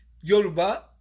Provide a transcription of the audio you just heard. Yoruba